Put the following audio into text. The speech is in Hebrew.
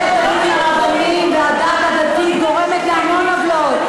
בית-הדין הרבני והדין הדתי גורמים להמון עוולות,